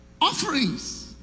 offerings